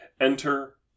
enter